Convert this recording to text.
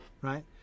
right